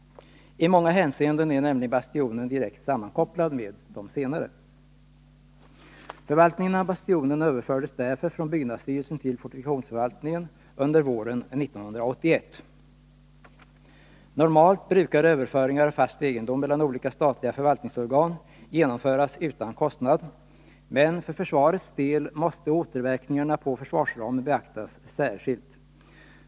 I många hänseenden är nämligen Bastionen direkt sammankopplad med de senare byggnaderna. Förvaltningen av Bastionen överfördes därför från byggnadsstyrelsen till fortifikationsförvaltningen under våren 1981. Normalt brukar överföringar av fast egendom mellan olika statliga förvaltningsorgan genomföras utan kostnad, men för försvarets del måste återverkningarna på försvarsramen beaktas särskilt.